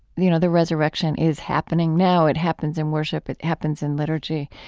you know, the resurrection is happening now. it happens in worship, it happens in liturgy.